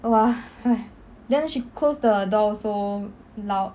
!wah! then she closed the door also loud